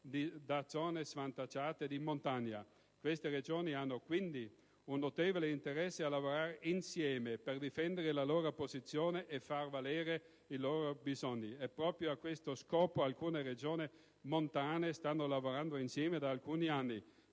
da zone svantaggiate di montagna, queste regioni hanno, quindi, un notevole interesse a lavorare insieme per difendere la loro posizione e far valere i loro bisogni. Proprio a questo scopo, alcune regioni montane stanno lavorando insieme da alcuni anni: